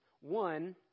One